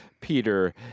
Peter